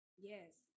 Yes